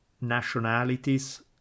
Nationalities